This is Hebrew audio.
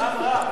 טעם רב.